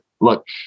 Look